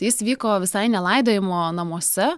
jis vyko visai ne laidojimo namuose